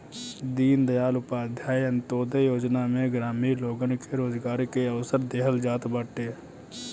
दीनदयाल उपाध्याय अन्त्योदय योजना में ग्रामीण लोगन के रोजगार के अवसर देहल जात बाटे